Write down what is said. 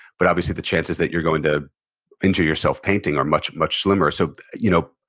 but obviously the chances that you're going to injury yourself painting are much, much slimmer. so you know,